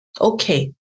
Okay